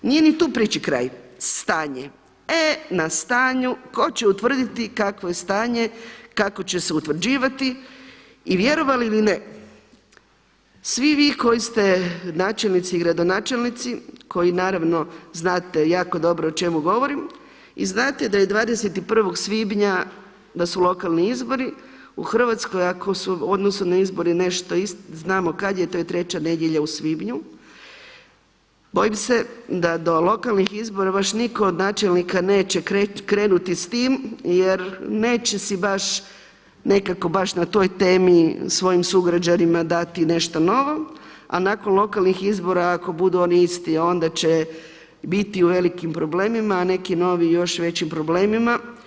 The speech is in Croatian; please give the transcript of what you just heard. Nije ni tu priči kraj, stanje, e na stanju ko će utvrditi kakvo je stanje, kako će se utvrđivati i vjerovali ili ne svi vi koji ste načelnici i gradonačelnici koji naravno znate jako dobro o čemu govorim i znate da je 21. svibnja da su lokalni izbori u Hrvatskoj, ako su u odnosu, znamo kad je to je 3 nedjelja u svibnju bojim se da do lokalnih izbora baš nitko od načelnika neće krenuti s tim jer neće si baš nekako baš na toj temi svojim sugrađanima dati nešto novo a nakon lokalnih izbora ako budu oni isti onda će biti u velikim problemima a neki novi u još većim problemima.